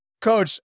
Coach